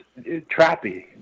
trappy